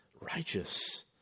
righteous